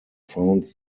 found